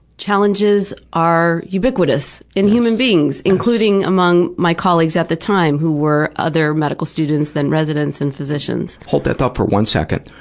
challenges are ubiquitous in human beings, including among my colleagues at the time who were other medical students are residents and physicians. hold that thought for one second.